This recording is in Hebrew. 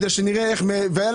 אחת